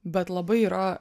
bet labai yra